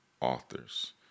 authors